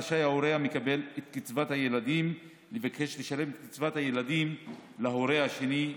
רשאי ההורה המקבל את קצבת הילדים לבקש לשלם את קצבת הילדים להורה השני.